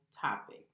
topic